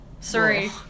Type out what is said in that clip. Sorry